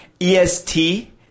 EST